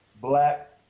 Black